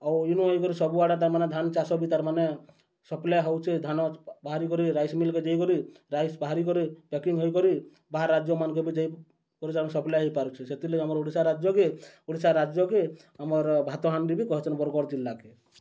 ଆଉ ଇନୁ ହେଇକରି ସବୁଆଡ଼େ ତା'ର୍ମାନେ ଧାନ ଚାଷ ବି ତା'ର୍ମାନେ ସପ୍ଲାଏ ହେଉଛେ ଧାନ ବାହାରିକରି ରାଇସ୍ ମିଲ୍କେ ଯାଇକରି ରାଇସ୍ ବାହାରିକରି ପ୍ୟାକିଂ ହେଇକରି ବାହାର ରାଜ୍ୟମାନ୍କେ ବି କରୁଛେ ଆମେ ସପ୍ଲାଏ ହେଇପାରୁଛେ ସେଥିର୍ଲାଗି ଆମର୍ ଓଡ଼ିଶା ରାଜ୍ୟକେ ଓଡ଼ିଶା ରାଜ୍ୟକେ ଆମର୍ ଭାତହାଣ୍ଡି ବି କହେସନ୍ ବରଗଡ଼ ଜିଲ୍ଲାକେ